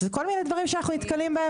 זה כל מיני דברים שאנחנו נתקלים בהם